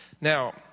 Now